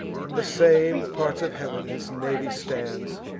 from the same parts of heav'n his navy stands,